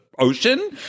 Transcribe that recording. ocean